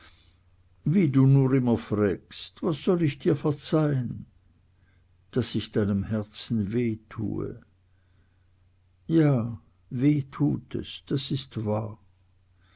wie du nur immer frägst was soll ich dir verzeihn daß ich deinem herzen wehe tue ja weh tut es das ist wahr